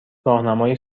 راهنمای